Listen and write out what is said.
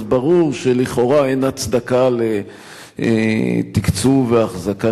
אז ברור שלכאורה אין הצדקה לתקצוב ולאחזקה